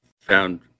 found